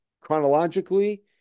chronologically